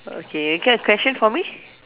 okay you get a question for me